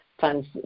funds